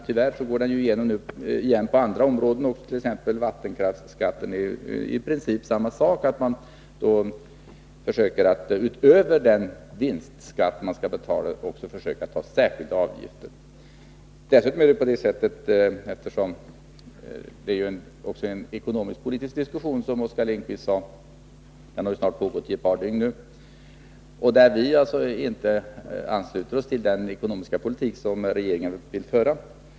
Tyvärr går den igen på andra områden, t.ex. vattenkraftsskatten, som i princip är samma sak. Man försöker att utöver den vinstskatt som skall betalas också ta ut särskilda avgifter. Här gäller det också en ekonomisk-politisk diskussion, som Oskar Lindkvist sade. Den har ju pågått ett par dagar nu. Där ansluter vi oss inte till den ekonomiska politik regeringen vill föra.